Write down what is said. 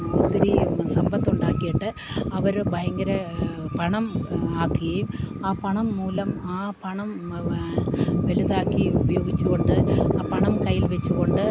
ഒത്തിരി സമ്പത്തുണ്ടാക്കിയിട്ട് അവര് ഭയങ്കര പണം ആക്കുകയും ആ പണം മൂലം ആ പണം വലുതാക്കി ഉപയോഗിച്ചുകൊണ്ട് ആ പണം കയ്യിൽ വെച്ചുകൊണ്ട്